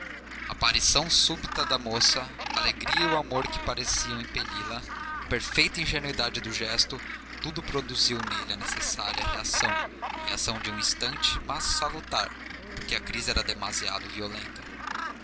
aparição súbita da moça a alegria e o amor que pareciam impeli la a perfeita ingenuidade do gesto tudo produziu nele a necessária reação reação de um instante mas salutar porque a crise era demasiado violenta